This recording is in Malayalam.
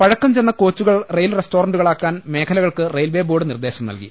പഴക്കം ചെന്ന കോച്ചുകൾ റെയിൽ റെസ്റ്റോറന്റുകളാക്കാൻ മേഖലകൾക്ക് റെയിൽവെ ബോർഡ് നിർദേശം നൽകി